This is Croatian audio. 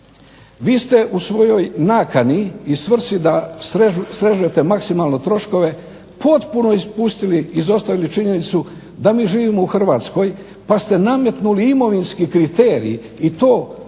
Vi ste u svojoj nakani i svrsi da srežete maksimalno troškove potpuno ispustili, izostavili činjenicu da mi živimo u Hrvatskoj, pa ste nametnuli imovinski kriterij i to posjedovanja